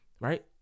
right